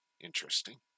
Interesting